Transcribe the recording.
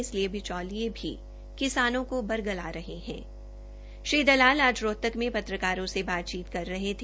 इसलिये बिचौलिये भी किसानों को बरगला रहे हा श्री दलाल आज रोहतक में पत्रकारों से बातचीत कर रहे थे